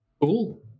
Cool